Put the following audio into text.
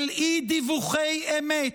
של אי-דיווחי אמת,